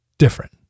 Different